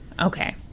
Okay